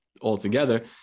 altogether